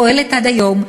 פועלת עד היום,